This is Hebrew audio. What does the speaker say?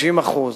90%,